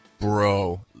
Bro